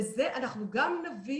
בזה אנחנו גם נביא